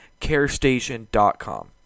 carestation.com